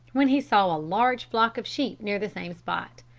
when he saw a large flock of sheep near the same spot.